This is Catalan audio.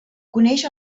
coneix